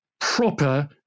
proper